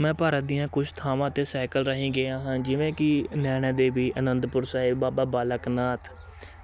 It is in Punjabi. ਮੈਂ ਭਾਰਤ ਦੀਆਂ ਕੁਝ ਥਾਵਾਂ 'ਤੇ ਸਾਈਕਲ ਰਾਹੀਂ ਗਿਆ ਹਾਂ ਜਿਵੇਂ ਕਿ ਨੈਣਾਂ ਦੇਵੀ ਅਨੰਦਪੁਰ ਸਾਹਿਬ ਬਾਬਾ ਬਾਲਕ ਨਾਥ